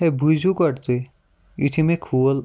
ہے بوٗزِو گۄڈٕ تُہۍ یِتھُے مےٚ کھوٗل